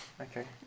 Okay